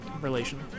relation